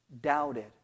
doubted